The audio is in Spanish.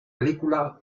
película